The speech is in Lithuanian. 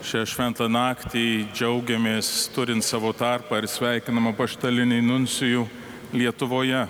šią šventą naktį džiaugiamės turint savo tarpą ir sveikinam apaštalinį nuncijų lietuvoje